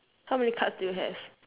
how many cards do you have